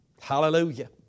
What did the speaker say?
Hallelujah